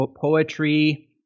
poetry